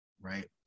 right